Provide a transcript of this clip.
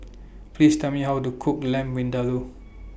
Please Tell Me How to Cook Lamb Vindaloo